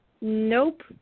Nope